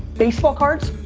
baseball cards,